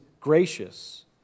gracious